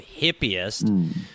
hippiest –